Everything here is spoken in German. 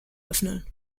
öffnen